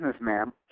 ma'am